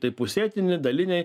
tai pusėtini daliniai